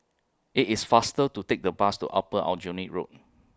IT IS faster to Take The Bus to Upper Aljunied Road